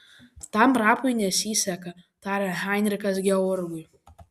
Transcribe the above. tam rapui nesiseka tarė heinrichas georgui